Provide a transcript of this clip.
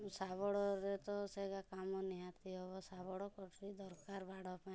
ଶାବଳରେ ତ ସେ ଏକା କାମ ନିହାତି ହବ ଶାବଳ କଚୁରୀ ଦରକାର୍ ବାଡ଼ ପାଇଁ